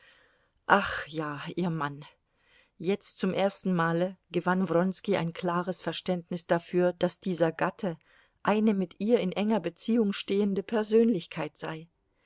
ach ja ihr mann jetzt zum ersten male gewann wronski ein klares verständnis dafür daß dieser gatte eine mit ihr in enger beziehung stehende persönlichkeit sei